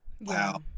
wow